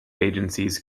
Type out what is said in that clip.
agencies